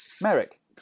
Merrick